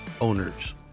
owners